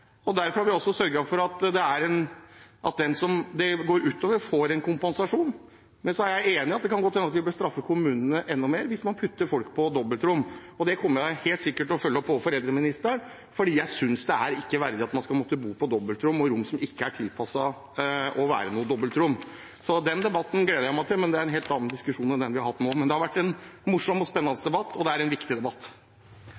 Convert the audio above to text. og derfor har vi sørget for at den det går ut over, får en kompensasjon. Men jeg er enig i at det godt kan hende at vi bør straffe kommunene enda mer hvis man putter folk på dobbeltrom. Det kommer jeg helt sikkert til å følge opp overfor eldreministeren, for jeg synes ikke det er verdig at man skal måtte bo på dobbeltrom og på rom som ikke er tilpasset å være dobbeltrom. Den debatten gleder jeg meg til, men det er en helt annen diskusjon enn den vi har hatt nå. Det har vært en morsom og spennende